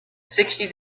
sixty